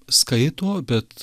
skaito bet